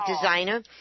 designer